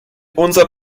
unser